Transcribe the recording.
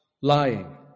lying